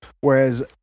Whereas